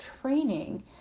training